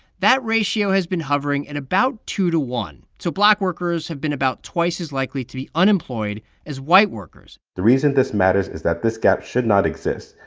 that ratio has been hovering at and about two to one. so black workers have been about twice as likely to be unemployed as white workers the reason this matters is that this gap should not exist,